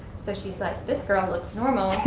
so she's like this girl looks normal.